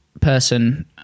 person